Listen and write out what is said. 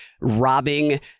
robbing